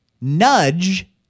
nudge